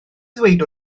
ddweud